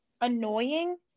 annoying